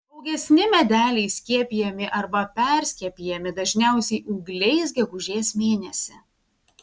augesni medeliai skiepijami arba perskiepijami dažniausiai ūgliais gegužės mėnesį